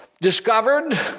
discovered